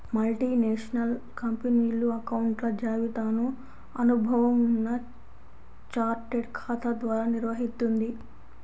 multinational కంపెనీలు అకౌంట్ల జాబితాను అనుభవం ఉన్న చార్టెడ్ ఖాతా ద్వారా నిర్వహిత్తుంది